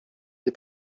der